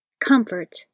Comfort